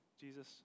Jesus